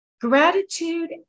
gratitude